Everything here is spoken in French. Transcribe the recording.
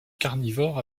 carnivore